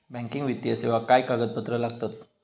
Banking वित्तीय सेवाक काय कागदपत्र लागतत?